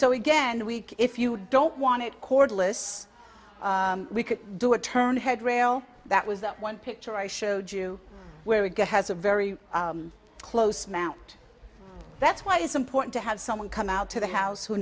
so again we if you don't want it cordless we could do a turn head rail that was that one picture i showed you where a guy has a very close mount that's why it's important to have someone come out to the house who